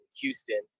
Houston